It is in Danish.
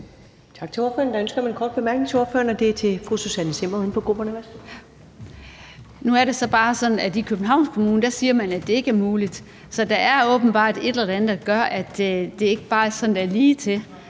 Tak til ordføreren. Der er ønske om en kort bemærkning til ordføreren, og det er fra fru Susanne Zimmer, uden for grupperne. Værsgo. Kl. 21:11 Susanne Zimmer (UFG): Nu er det så bare sådan, at i Københavns Kommune siger man, at det ikke er muligt. Så der er åbenbart et eller andet, der gør, at det ikke bare er ligetil.